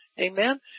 Amen